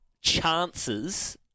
chances